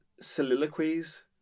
soliloquies